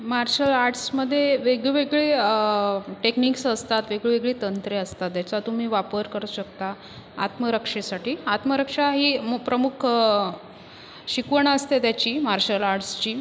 marshal आर्ट्समध्ये वेगळेवेगळे techniques असतात वेगळेवेगळे तंत्रे असतात याचा तुम्ही वापर करू शकता आत्मरक्षेसाठी आत्मरक्षा ही मू प्रमुख शिकवण असते त्याची मार्शल आर्ट्सची